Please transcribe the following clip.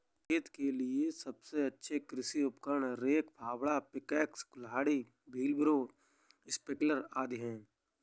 खेत के लिए सबसे अच्छे कृषि उपकरण, रेक, फावड़ा, पिकैक्स, कुल्हाड़ी, व्हीलब्रो, स्प्रिंकलर आदि है